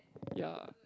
ya